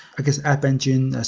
i guess, app engine,